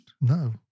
No